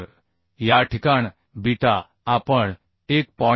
तर या ठिकाण बीटा आपण 1